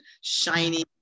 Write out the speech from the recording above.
shiny